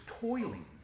toiling